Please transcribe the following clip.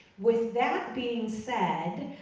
with that being said,